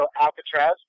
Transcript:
*Alcatraz*